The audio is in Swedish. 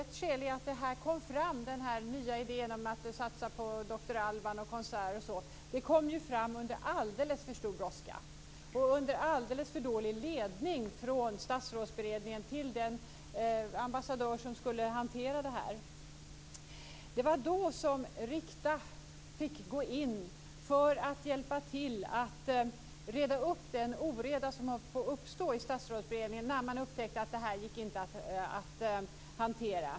Ett skäl till att det blivit så här är att den nya idén om att vi skulle satsa på konserter, Dr Alban osv. kom fram under alldeles för stor brådska och under alldeles för dålig ledning från Statsrådsberedningen till den ambassadör som skulle hantera det här. Rikta fick gå in för att hjälpa till med att räta upp den oreda som höll på att uppstå i Statsrådsberedningen när man upptäckte att det här inte gick att hantera.